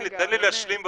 תן לי להשלים,